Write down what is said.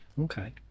Okay